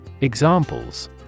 Examples